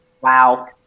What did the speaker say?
wow